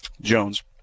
Jones